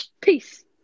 Peace